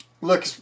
look